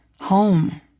Home